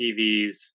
EVs